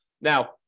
Now